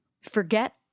Forget